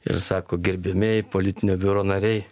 ir sako gerbiami politinio biuro nariai